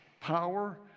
power